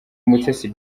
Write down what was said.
mutesi